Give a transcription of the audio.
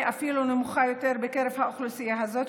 נמוכה אפילו יותר בקרב האוכלוסייה הזאת,